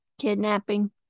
Kidnapping